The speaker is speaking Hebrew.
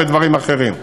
בדברים אחרים.